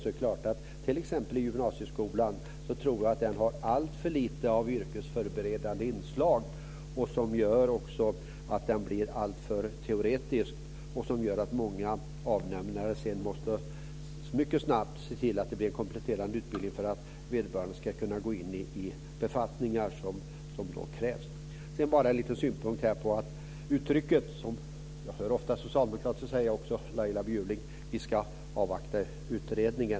Jag tror t.ex. att gymnasieskolan har alltför lite av yrkesförberedande inslag, som gör att den blir alltför teoretisk. Det gör att många avnämare sedan mycket snabbt måste se till att få till stånd en kompletterande utbildning, så att den anställde ska kunna gå in i de befattningar där utbildning krävs. Jag hör ofta socialdemokrater - också Laila Bjurling - säga att man ska avvakta en utredning.